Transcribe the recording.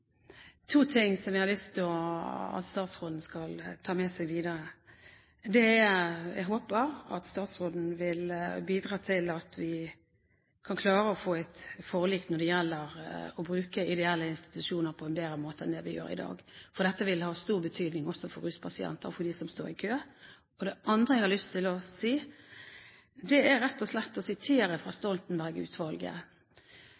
som jeg har lyst til at statsråden skal ta med seg videre. Jeg håper at statsråden vil bidra til at vi kan klare å få til et forlik når det gjelder å bruke ideelle institusjoner på en bedre måte enn det vi gjør i dag, for dette vil ha stor betydning også for ruspasienter, for dem som står i kø. Det andre jeg har lyst til, er rett og slett å vise til Stoltenberg-utvalgets rapport. Det som jeg synes er